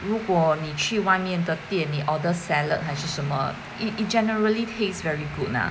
如果你去外面的店你 order salad 还是什么 it generally taste very good lah